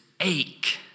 ache